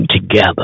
together